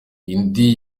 indi